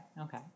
okay